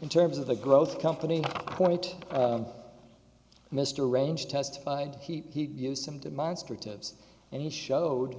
in terms of the growth company twenty two mr range testified he used some demonstratives and he showed